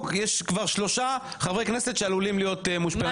יש כבר שלושה חברי כנסת שעלולים להיות מושפעים.